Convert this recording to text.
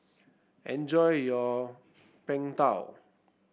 enjoy your Png Tao